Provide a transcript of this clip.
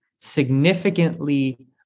significantly